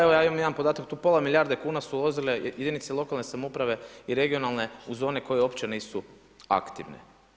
Evo ja imam jedan podatak tu, pola milijarde kuna su uzele jedinice lokalne samouprave i regionalne u zoni u kojoj uopće nisu aktivne.